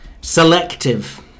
selective